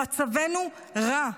מצבנו רע,